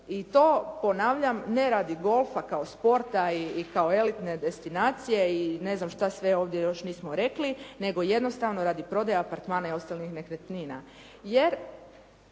i to ponavljam ne radi golfa kao sporta i kao elitne destinacije i ne znam šta sve ovdje još nismo rekli, nego jednostavno radi prodaje apartmana i ostalih nekretnina.